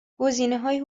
گزینههای